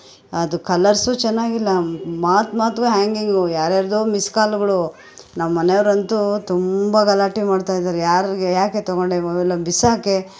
ಅದು ಕಲರ್ಸು ಚೆನ್ನಾಗಿಲ್ಲ ಮಾತು ಮಾತಿಗು ಆ್ಯಂಗಿಂಗು ಯಾರು ಯಾರದೋ ಮಿಸ್ ಕಾಲ್ಗಳು ನಮ್ಮ ಮನೆಯವ್ರು ಅಂತೂ ತುಂಬ ಗಲಾಟೆ ಮಾಡ್ತಾಯಿದಾರೆ ಯಾರಿಗೆ ಯಾಕೆ ತಗೊಂಡೆ ಮೊಬೈಲು ಬಿಸಾಕೆ